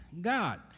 God